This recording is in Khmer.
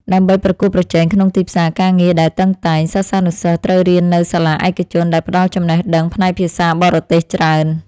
ដើម្បីប្រកួតប្រជែងក្នុងទីផ្សារការងារដែលតឹងតែង សិស្សានុសិស្សត្រូវរៀននៅសាលាឯកជនដែលផ្ដល់ចំណេះដឹងផ្នែកភាសាបរទេសច្រើន។